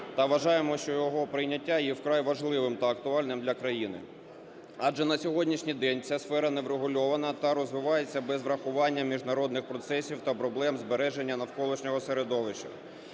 вважаємо, що його прийняття є вкрай важливим та актуальним для країни. Адже на сьогоднішній день ця сфера не врегульована та розвивається без врахування міжнародних процесів та проблем збереження навколишнього середовища.